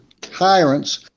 tyrant's